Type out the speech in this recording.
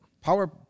power